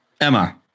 Emma